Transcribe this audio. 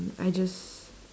I just